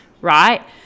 right